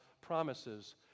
promises